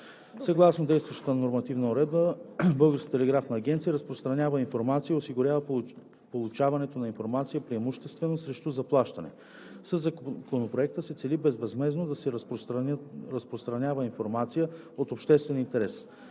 Съгласно действащата нормативна уредба Българската телеграфна агенция разпространява информация и осигурява получаването на информация преимуществено срещу заплащане. Със Законопроекта се цели безвъзмездно да се разпространява информация от обществен интерес.